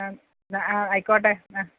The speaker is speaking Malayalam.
ആ എന്നാൽ ആയിക്കോട്ടെ